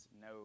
no